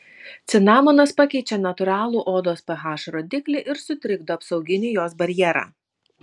cinamonas pakeičia natūralų odos ph rodiklį ir sutrikdo apsauginį jos barjerą